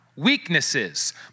weaknesses